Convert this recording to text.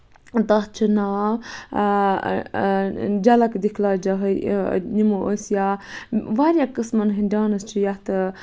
تَتھ چھُ ناو جلک دِکھلاجا ہٕے نِمو أسۍ یا واریاہ قٕسمَن ہٕنٛدۍ ڈانٕس چھِ یَتھ